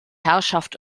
herrschaft